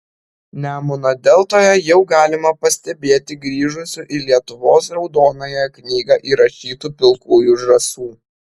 nemuno deltoje jau galima pastebėti grįžusių į lietuvos raudonąją knygą įrašytų pilkųjų žąsų